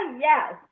Yes